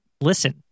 Listen